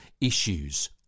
issues